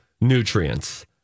nutrients